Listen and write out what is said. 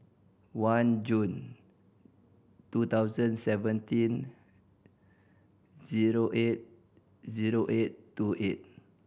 one June two thousand seventeen zero eight zero eight two eight